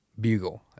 bugle